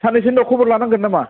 साननैसो उनाव खबर लानांगोन नामा